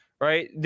right